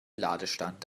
ladestand